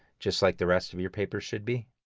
just like the rest of your paper should be.